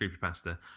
creepypasta